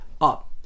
up